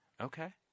Okay